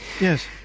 Yes